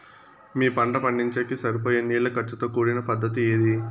మీ పంట పండించేకి సరిపోయే నీళ్ల ఖర్చు తో కూడిన పద్ధతి ఏది?